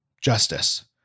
justice